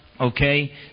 okay